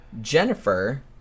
Jennifer